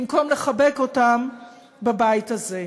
במקום לחבק אותם בבית הזה.